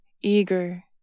eager